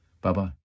Bye-bye